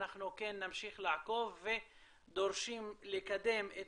אנחנו כן נמשיך לעקוב ודורשים לקדם את